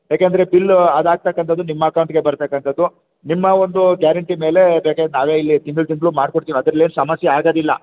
ಯಾಕೆ ಅಂದರೆ ಬಿಲ್ಲು ಅದಾಗತಕ್ಕಂಥದು ನಿಮ್ಮ ಅಕೌಂಟ್ಗೆ ಬರತಕ್ಕಂಥದು ನಿಮ್ಮ ಒಂದು ಗ್ಯಾರೆಂಟಿ ಮೇಲೆ ಬೇಕಾರೆ ನಾವೇ ಇಲ್ಲಿ ತಿಂಗಳು ತಿಂಗಳು ಮಾಡ್ಕೊಡ್ತೀವಿ ಅದ್ರಲ್ಲೇನೂ ಸಮಸ್ಯೆ ಆಗೋದಿಲ್ಲ